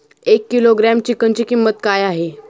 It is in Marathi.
एक किलोग्रॅम चिकनची किंमत काय आहे?